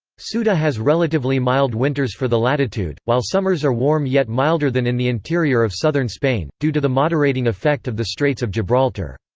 ceuta has relatively mild winters for the latitude, while summers are warm yet milder than in the interior of southern spain, due to the moderating effect of the straits of gibraltar.